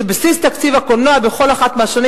שבסיס תקציב הקולנוע בכל אחת מהשנים